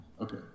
okay